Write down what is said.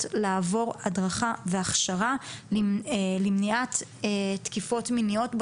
לעבור הדרכה והכשרה למניעת תקיפות מיניות.